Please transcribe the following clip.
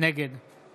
נגד